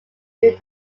during